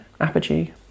apogee